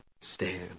stand